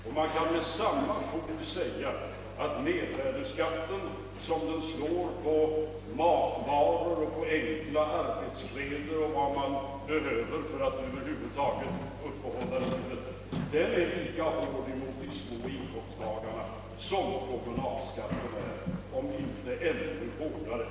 Och det kan med fog sägas att mervärdeskatten, som den slår på matvaror och på enkla arbetskläder och på vad man över huvud taget behöver för att uppehålla livet, är lika hård mot de små inkomsttagarna som kommunalskatten, om inte ännu hårdare.